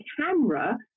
camera